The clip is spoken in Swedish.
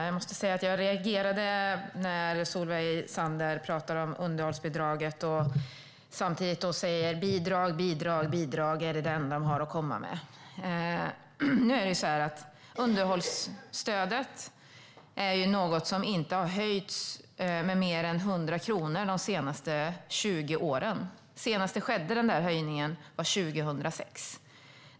Herr talman! Jag reagerade när Solveig Zander pratade om underhållsbidraget och samtidigt sa: Bidrag, bidrag och bidrag är det enda de har att komma med. Underhållsstödet har inte höjts med mer än 100 kronor de senaste 20 åren. Senast det skedde var 2006.